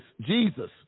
Jesus